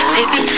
Baby